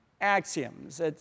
axioms